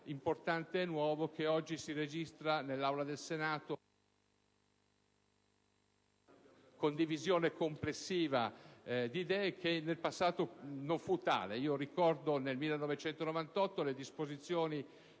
importante e nuovo che oggi si registra nell'Aula del Senato è quello di una condivisione complessiva di idee, che nel passato non fu tale. Ricordo che nel 1998 le disposizioni